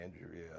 Andrea